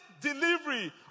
delivery